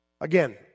Again